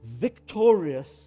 victorious